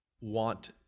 want